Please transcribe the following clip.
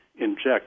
inject